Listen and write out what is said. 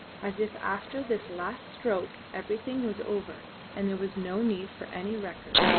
as if after this last stroke everything was over and there was no need for any record.